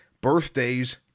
birthdays